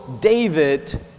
David